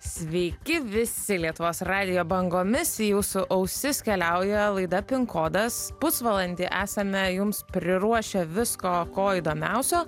sveiki visi lietuvos radijo bangomis į jūsų ausis keliauja laida pink kodas pusvalandį esame jums priruošę visko ko įdomiausio